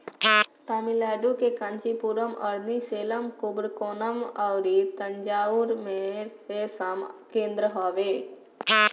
तमिलनाडु के कांचीपुरम, अरनी, सेलम, कुबकोणम अउरी तंजाउर में रेशम केंद्र हवे